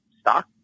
stock